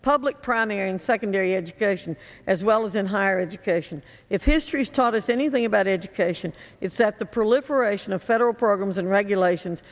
public primary and secondary education as well as in higher education if history's taught us anything about education it's that the proliferation of federal programs and regulations